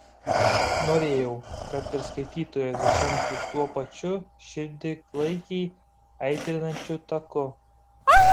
norėjau kad ir skaitytojas žengtų tuo pačiu širdį klaikiai aitrinančiu taku